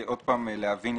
שוב להבין.